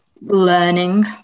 learning